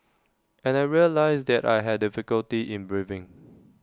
and I realised that I had difficulty in breathing